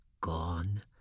Gone